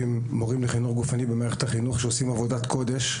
מורים לחינוך גופני במערכת החינוך שעושים עבודת קודש: